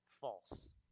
false